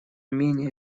менее